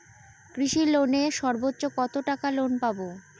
কৃষি লোনে সর্বোচ্চ কত টাকা লোন পাবো?